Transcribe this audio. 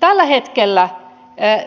tällä hetkellä